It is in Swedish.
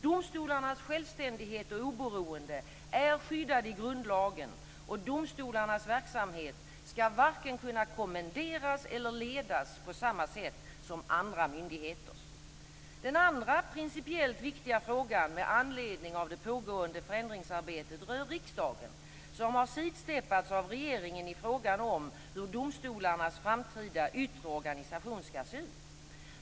Domstolarnas självständighet och oberoende är skyddade i grundlagen, och domstolarnas verksamhet ska varken kunna kommenderas eller ledas på samma sätt som andra myndigheters verksamheter. Den andra principiellt viktiga frågan med anledning av det pågående förändringsarbetet rör riksdagen, som har sidsteppats av regeringen i frågan om hur domstolarnas framtida yttre organisation ska se ut.